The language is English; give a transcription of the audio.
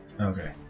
Okay